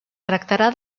tractarà